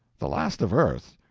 the last of earth!